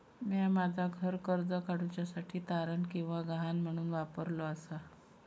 म्या माझा घर कर्ज काडुच्या साठी तारण किंवा गहाण म्हणून वापरलो आसा